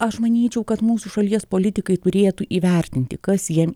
aš manyčiau kad mūsų šalies politikai turėtų įvertinti kas jiem